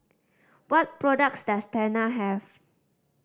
what products does Tena have